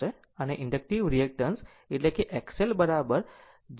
અને inductive reactance એટલે XL j L ω